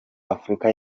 afurika